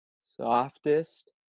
softest